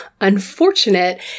unfortunate